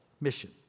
mission